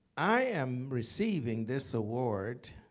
i am receiving this award,